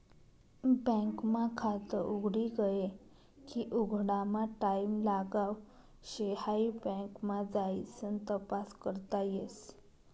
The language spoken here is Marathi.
बँक मा खात उघडी गये की उघडामा टाईम लागाव शे हाई बँक मा जाइसन तपास करता येस